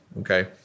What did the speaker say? Okay